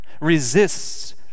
resists